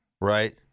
right